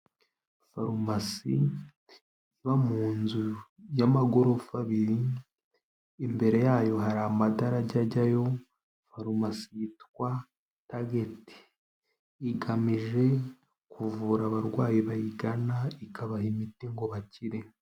Farumasi iba mu nzu y'amagorofa abiri, imbere yayo hari amadarage ajyayo. Farumasi yitwa Tagent, igamije kuvura abarwayi bayigana ikabaha imiti ngo bakire.